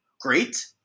great